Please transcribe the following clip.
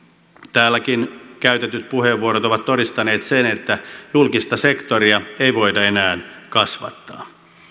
täälläkin käytetyt puheenvuorot ovat todistaneet sen että julkista sektoria ei voida enää kasvattaa